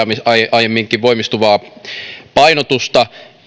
aiemminkin voimistuvaa painotusta